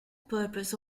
purpose